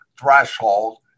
threshold